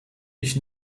ich